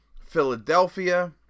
Philadelphia